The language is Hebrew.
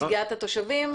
נציגת התושבים.